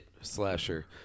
slasher